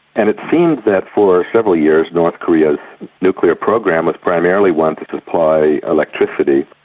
and it seemed that for several years north korea's nuclear program was primarily one to supply electricity,